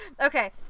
okay